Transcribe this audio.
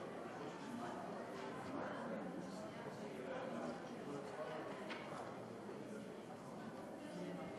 והיא יורדת מסדר-יומה של הכנסת.